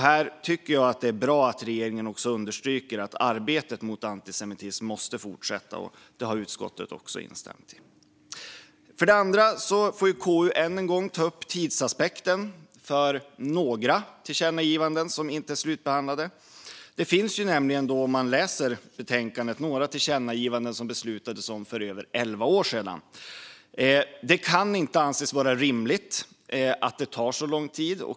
Jag tycker att det är bra att regeringen också understryker att arbetet mot antisemitism måste fortsätta, vilket utskottet också har instämt i. För det andra får KU än en gång ta upp tidsaspekten för några tillkännagivanden som inte är slutbehandlade. Om man läser betänkandet ser man att det finns några tillkännagivanden som det beslutades om för över elva år sedan. Det kan inte anses vara rimligt att det tar så lång tid.